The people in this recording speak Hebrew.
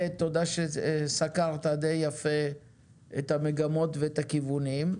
תודה שסקרת דיי יפה את המגמות ואת הכיוונים.